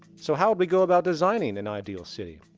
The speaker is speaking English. so how would we go about designing an ideal city?